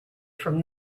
from